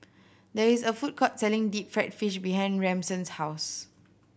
there is a food court selling deep fried fish behind Ransom's house